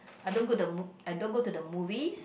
I don't go the mo~ I don't go to the movies